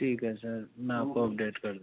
ठीक है सर मैं आपको अपडेट कर दूंगा